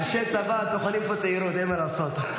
אנשי צבא טוחנים פה צעירוּת, אין מה לעשות.